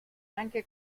anche